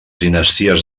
dinasties